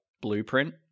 blueprint